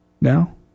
now